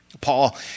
Paul